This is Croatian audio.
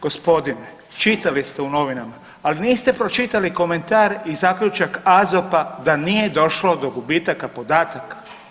Gospodine, čitali ste u novinama, ali niste pročitali komentar i zaključak AZOP-a da nije došlo do gubitaka podataka.